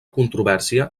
controvèrsia